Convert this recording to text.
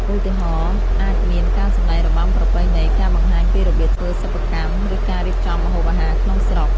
ឧទាហរណ៍ អាចមានការសម្តែងរបាំប្រពៃណី ការបង្ហាញពីរបៀបធ្វើសិប្បកម្ម ឬការរៀបចំម្ហូបអាហារក្នុងស្រុក។